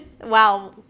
Wow